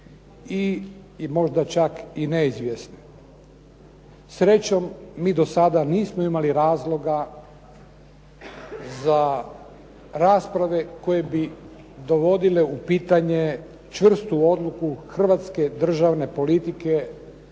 i možda čak i neizvjesne. Srećom mi do sad nismo imali razloga za rasprave koje bi dovodile u pitanje čvrstu odluku hrvatske državne politike